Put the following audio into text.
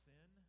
sin